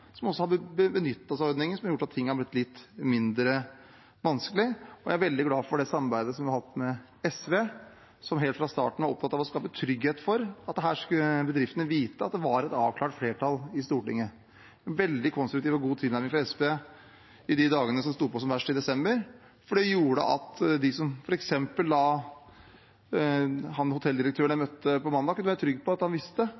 som har benyttet seg av ordningen, som har gjort at det har blitt litt mindre vanskelig. Jeg er veldig glad for det samarbeidet vi har hatt med SV, som helt fra starten av har vært opptatt av å skape trygghet for at bedriftene skulle vite at det var et avklart flertall i Stortinget, en veldig konstruktiv og god tilnærming fra SV i de dagene det sto på som verst i desember. Det gjorde at f.eks. hotelldirektøren jeg møtte på tirsdag, kunne være trygg, fordi han visste det ville bli et stortingsflertall. Han kunne hvile seg på det